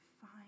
Fine